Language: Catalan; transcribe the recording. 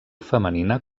femenina